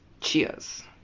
Cheers